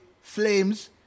flames